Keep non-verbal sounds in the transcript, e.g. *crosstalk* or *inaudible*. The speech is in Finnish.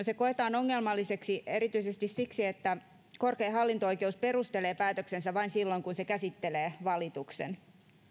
*unintelligible* se koetaan ongelmalliseksi erityisesti siksi että korkein hallinto oikeus perustelee päätöksensä vain silloin kun se käsittelee valituksen